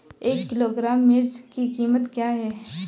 एक किलोग्राम मिर्च की कीमत क्या है?